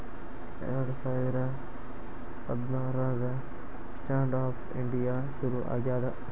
ಎರಡ ಸಾವಿರ ಹದ್ನಾರಾಗ ಸ್ಟ್ಯಾಂಡ್ ಆಪ್ ಇಂಡಿಯಾ ಶುರು ಆಗ್ಯಾದ